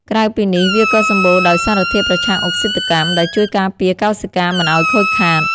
ក្រៅពីនេះ វាក៏សម្បូរដោយសារធាតុប្រឆាំងអុកស៊ីតកម្ម ដែលជួយការពារកោសិកាមិនឱ្យខូចខាត។